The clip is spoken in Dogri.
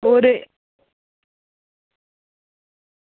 होर